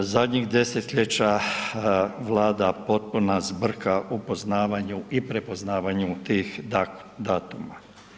Zadnjih desetljeća vlada potpuna zbrka u poznavanju i prepoznavanju tih datuma.